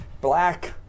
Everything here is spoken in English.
black